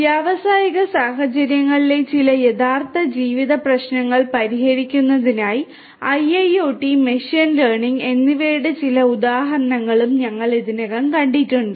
വ്യാവസായിക സാഹചര്യങ്ങളിലെ ചില യഥാർത്ഥ ജീവിത പ്രശ്നങ്ങൾ പരിഹരിക്കുന്നതിനായി IIoT മെഷീൻ ലേണിംഗ് എന്നിവയുടെ ചില ഉദാഹരണങ്ങളും ഞങ്ങൾ ഇതിനകം കണ്ടിട്ടുണ്ട്